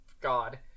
God